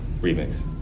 remix